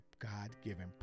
God-given